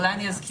אולי אני אזכיר.